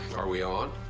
are we on?